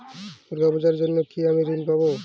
দুর্গা পুজোর জন্য কি আমি ঋণ পাবো?